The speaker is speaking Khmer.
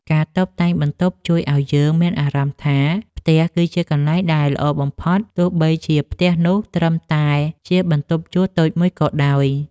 ការតុបតែងបន្ទប់ជួយឱ្យយើងមានអារម្មណ៍ថា ផ្ទះគឺជាកន្លែងដែលល្អបំផុត ទោះបីជាផ្ទះនោះត្រឹមតែជាបន្ទប់ជួលតូចមួយក៏ដោយ។